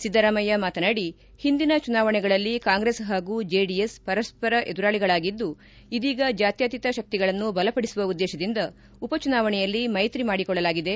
ಸಿದ್ದರಾಮಯ್ಯ ಮಾತನಾಡಿ ಹಿಂದಿನ ಚುನಾವಣೆಗಳಲ್ಲಿ ಕಾಂಗ್ರೆಸ್ ಹಾಗೂ ಜೆಡಿಎಸ್ ಪರಸ್ಪರ ಎದುರಾಳಿಗಳಾಗಿದ್ದು ಇದೀಗ ಜಾತ್ಕಾತೀತ ಶಕ್ತಿಗಳನ್ನು ಬಲಪಡಿಸುವ ಉದ್ದೇಶದಿಂದ ಉಪಚುನಾವಣೆಯಲ್ಲಿ ಮೈತ್ರಿ ಮಾಡಿಕೊಳ್ಳಲಾಗಿದೆ